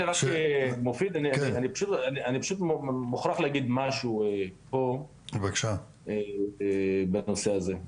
מופיד, אני פשוט מוכרח להגיד משהו פה בנושא הזה.